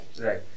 Right